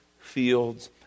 fields